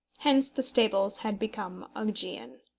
hence the stables had become augean.